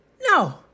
No